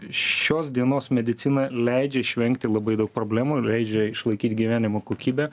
šios dienos medicina leidžia išvengti labai daug problemų ir leidžia išlaikyt gyvenimo kokybę